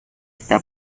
esta